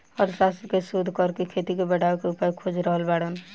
अर्थशास्त्र के शोध करके खेती के बढ़ावे के उपाय खोज रहल बाड़न